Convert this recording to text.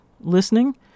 listening